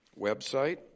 website